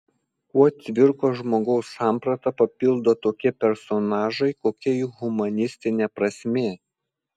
kuo cvirkos žmogaus sampratą papildo tokie personažai kokia jų humanistinė prasmė